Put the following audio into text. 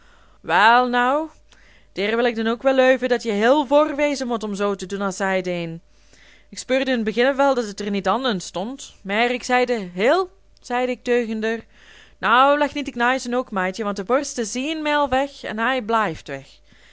nou deer wil ik den ook wel leuven dat je hil voor wezen mot om zoo te doen as zai dæn ik speurde in de beginne wel dat et er niet an en stond mær ik zaide hil zaide ik teugen der nou leg niet te knaizen ook maidje want de borst is ienmæl weg en hai